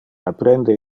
apprende